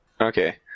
okay